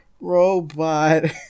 robot